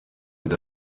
bya